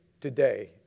today